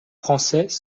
français